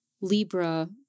Libra